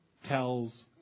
Tells